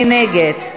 מי נגד?